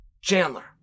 Chandler